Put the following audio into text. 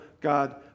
God